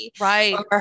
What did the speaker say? right